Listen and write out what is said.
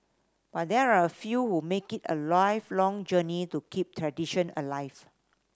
but there are a few who make it a lifelong journey to keep tradition alive